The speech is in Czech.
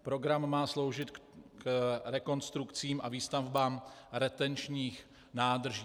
Program má sloužit k rekonstrukcím a výstavbám retenčních nádrží.